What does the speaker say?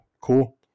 cool